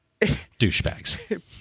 douchebags